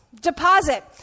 Deposit